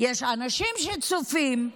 יש אנשים שצופים,